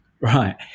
right